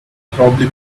probably